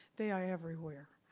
they are everywhere.